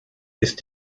ist